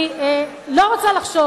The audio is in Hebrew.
אני לא רוצה לחשוב